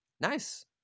Nice